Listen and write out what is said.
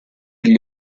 gli